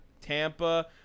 Tampa